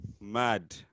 Mad